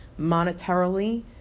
monetarily